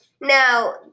now